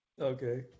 Okay